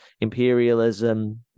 imperialism